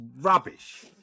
rubbish